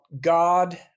God